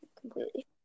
completely